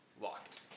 locked